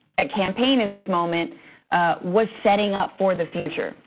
at campaign in this moment was setting up for the future.